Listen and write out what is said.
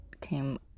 came